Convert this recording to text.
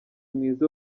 mwiza